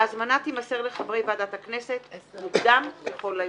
ההזמנה תימסר לחברי ועדת הכנסת מוקדם ככל האפשר.